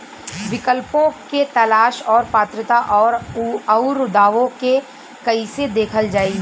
विकल्पों के तलाश और पात्रता और अउरदावों के कइसे देखल जाइ?